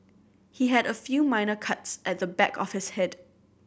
he had a few minor cuts at the back of his head